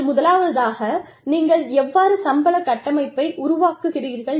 அதில் முதலாவதாக நீங்கள் எவ்வாறு சம்பள கட்டமைப்பை உருவாக்குகிறீர்கள்